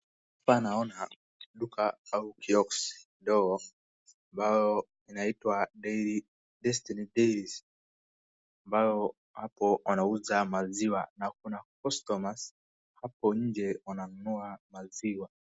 Hapa naona duka au kiosk ndogo ambao inaitwa Dairy Destiny Dairy ambao hapo wanauza maziwa na kuna customers hapo nje wananunua maziwa.